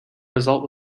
result